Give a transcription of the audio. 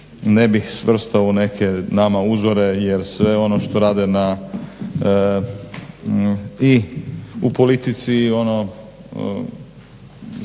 ne bih svrstao u neke nama uzore jer sve ono što rade na i u politici i